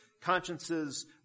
consciences